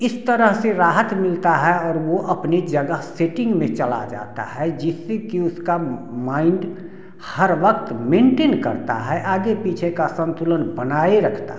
इस तरह से राहत मिलता है और वो अपनी जगह सेटिंग में चला जाता है जिससे कि उसका माइंड हर वक्त मेंटेन करता है आगे पीछे का संतुलन बनाए रखता है